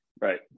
Right